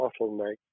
bottleneck